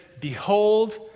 behold